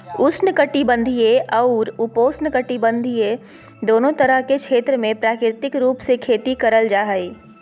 उष्ण कटिबंधीय अउर उपोष्णकटिबंध दोनो तरह के क्षेत्र मे प्राकृतिक रूप से खेती करल जा हई